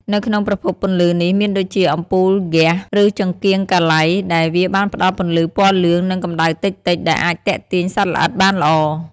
នៅក្នុងប្រភពពន្លឺនេះ មានដូចជា អំពូលហ្គាស ឬចង្កៀងកាឡៃ ដែលវាបានផ្តល់ពន្លឺពណ៌លឿង និងកំដៅតិចៗ ដែលអាចទាក់ទាញសត្វល្អិតបានល្អ។